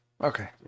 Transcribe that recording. Okay